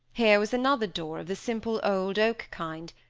here was another door, of the simple, old, oak kind,